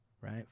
right